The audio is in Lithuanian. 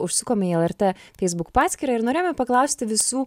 užsukome į lrt feisbuk paskyrą ir norėjome paklausti visų